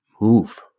move